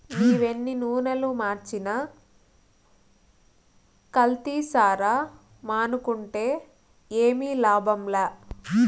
నీవెన్ని నూనలు మార్చినా కల్తీసారా మానుకుంటే ఏమి లాభంలా